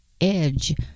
edge